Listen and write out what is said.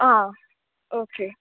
आं ओके